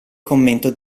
commento